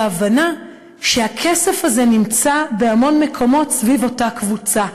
הוא הבנה שהכסף הזה נמצא בהמון מקומות סביב אותה קבוצה.